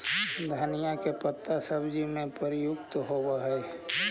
धनिया का पत्ता सब्जियों में प्रयुक्त होवअ हई